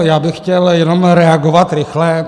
Já bych chtěl jenom reagovat rychle.